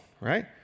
right